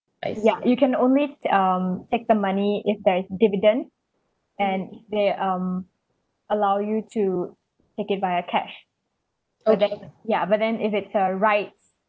ya you can only um take the money if there's dividend and they um allow you to take it via cash ya but then if it's a right